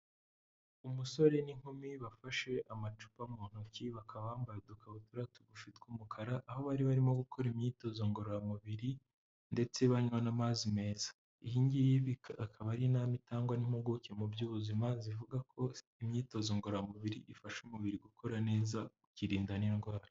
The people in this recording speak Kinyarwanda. Umusore n'inkumi bafashe amacupa mu ntoki bakaba bambaye udukabutura tugufi tw'umukara aho bari barimo gukora imyitozo ngororamubiri ndetse banywa n'amazi meza, iyingiyi akaba ari inama itangwa n'impuguke mu by'ubuzima zivuga ko imyitozo ngororamubiri ifasha umubiri gukora neza ukikirinda n'indwara.